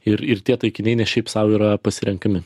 ir ir tie taikiniai ne šiaip sau yra pasirenkami